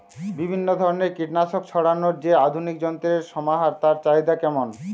বিভিন্ন ধরনের কীটনাশক ছড়ানোর যে আধুনিক যন্ত্রের সমাহার তার চাহিদা কেমন?